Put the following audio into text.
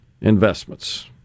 investments